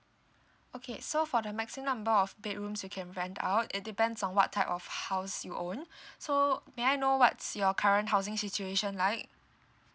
okay so for the maximum number of bedrooms you can rent out it depends on what type of house you own so may I know what's your current housing situation like